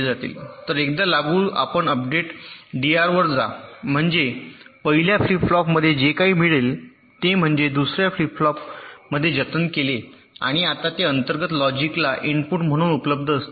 तर एकदा लागू आपण अपडेट डीआर वर जा म्हणजे पहिल्या फ्लिप फ्लॉपमध्ये जे काही मिळेल ते म्हणजे दुसर्या फ्लिप फ्लॉपमध्ये जतन केले आणि आता ते अंतर्गत लॉजिकला इनपुट म्हणून उपलब्ध असतील